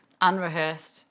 unrehearsed